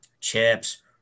chips